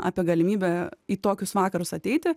apie galimybę į tokius vakarus ateiti